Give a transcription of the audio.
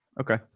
Okay